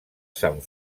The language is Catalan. sant